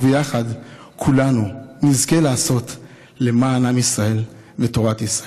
וביחד כולנו נזכה לעשות למען עם ישראל ותורת ישראל.